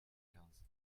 quinze